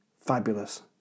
fabulous